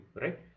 right